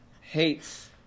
hates